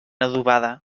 adobada